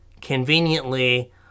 conveniently